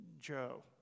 Joe